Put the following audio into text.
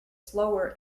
slower